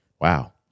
Wow